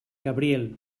cabriel